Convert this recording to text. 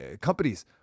companies